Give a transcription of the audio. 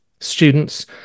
students